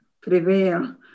prevail